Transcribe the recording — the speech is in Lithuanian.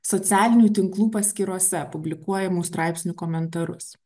socialinių tinklų paskyrose publikuojamų straipsnių komentarus